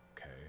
okay